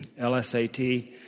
LSAT